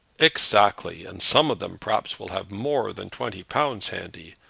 exactly and some of them perhaps will have more than twenty pounds handy.